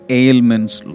ailments